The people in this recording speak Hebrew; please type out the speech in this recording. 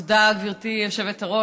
תודה, גברתי היושבת-ראש.